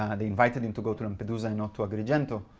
and they invited him to go to lampedusa, and not to agrigento,